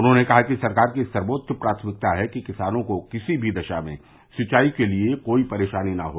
उन्होंने कहा कि सरकार की सर्वोच्च प्राथमिकता है कि किसानों को किसी भी दशा में सिंचाई के लिये कोई परेशानी न हो